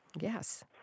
Yes